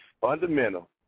fundamental